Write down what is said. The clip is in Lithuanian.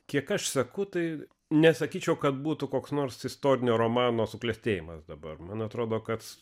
kiek aš seku tai nesakyčiau kad būtų koks nors istorinio romano suklestėjimas dabar man atrodo kad